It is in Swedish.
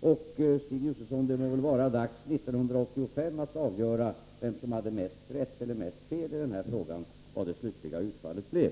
Och, Stig Josefson, det bör väl vara dags 1985 att avgöra vem som hade mest rätt eller mest fel i frågan om vad det slutliga utfallet blir.